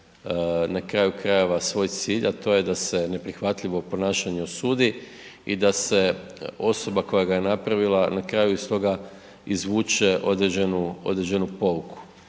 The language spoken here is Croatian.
na kraju krajeva svoj cilj, a to je da se neprihvatljivo ponašanje osudi i da se osoba koja ga je napravila na kraju iz toga izvuče određenu,